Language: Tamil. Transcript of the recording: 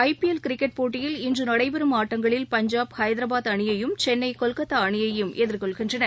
ஐ பி எல் கிரிக்கெட் போட்டியில் இன்று நடைபெறும் ஆட்டங்களில் பஞ்சாப் ஹைதராபாத் அணியையும் சென்னை கொல்கத்தா அணியையும் எதிர்கொள்கின்றன